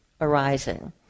arising